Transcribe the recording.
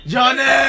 Johnny